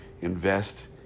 invest